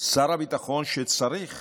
שר הביטחון, שצריך